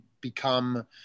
become